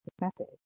method